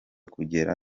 kugera